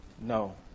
No